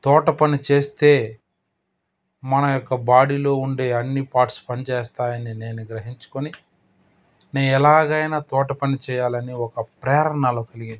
తోట పని చేస్తే మన యొక్క బాడీలో ఉండే అన్ని పార్ట్స్ పనిచేస్తాయి అని నేను గ్రహించుకొని నేను ఎలాగైనా తోటపని చెయ్యాలని ఒక ప్రేరణ నాలో కలిగింది